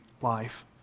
life